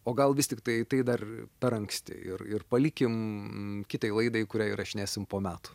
o gal vis tiktai tai dar per anksti ir ir palikim kitai laidai kurią įrašinėsim po metų